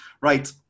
Right